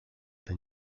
the